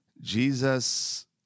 Jesus